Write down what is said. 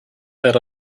that